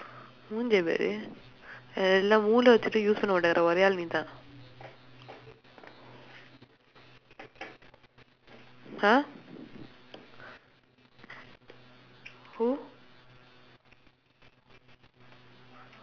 மூஞ்சே பாரு மூளையே வச்சுக்கிட்டு:muunjsee paaru muulaiyee vachsukkitdu use பண்ணாத ஒரே ஆளு நீதான்:pannaatha oree aalu niithaan !huh! who